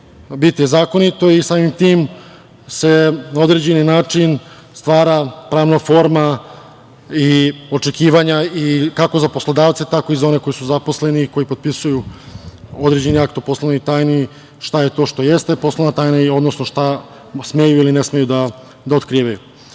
biti zakonito i samim tim se na određeni način stvara pravna forma i očekivanja i kako za poslodavce tako i za one koji su zaposleni, koji potpisuju određeni akt o poslovnoj tajni, šta je to što jeste poslovna tajna, odnosno šta smeju ili ne smeju da otkrivaju. Nažalost,